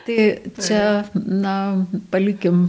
tai čia na palikim